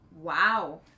Wow